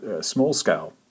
small-scale